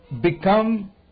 become